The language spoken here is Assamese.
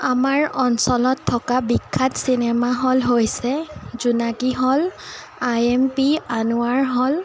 আমাৰ অঞ্চলত থকা বিখ্যাত চিনেমাহল হৈছে Jonaki hall I M P Anowar hall